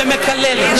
שמקללת,